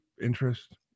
interest